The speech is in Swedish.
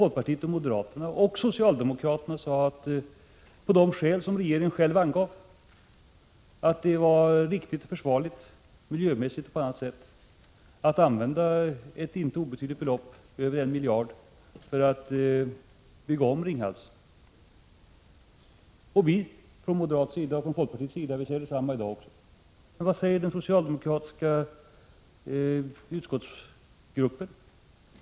Folkpartiet, moderaterana och socialdemokraterna sade att det — av de skäl som regeringen angav — var miljömässigt riktigt och också på andra sätt försvarligt att använda över 1 miljard för att bygga om Ringhals 2. Från moderaterna och folkpartiet säger vi detsamma i dag också. Men vad säger den socialdemokratiska utskottsgruppen?